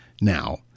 now